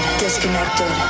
disconnected